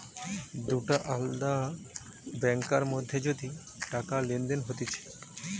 দুটা আলদা ব্যাংকার মধ্যে যদি টাকা লেনদেন হতিছে